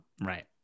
Right